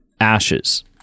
ashes